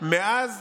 מאז